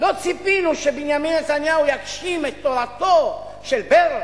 לא ציפינו, שבנימין נתניהו יגשים את תורתו של ברל.